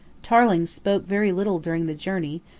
tarling spoke very little during the journey,